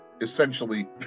essentially